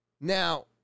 Now